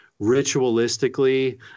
ritualistically